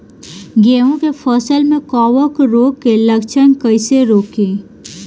गेहूं के फसल में कवक रोग के लक्षण कईसे रोकी?